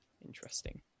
interesting